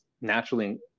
naturally